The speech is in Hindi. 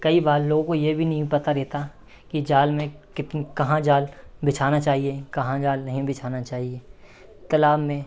कई बार लोगों को ये भी नहीं पता रहता कि जाल में कितनी कहाँ जाल बिछाना चाहिए कहाँ जाल नहीं बिछाना चाहिए तालाब में